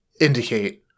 indicate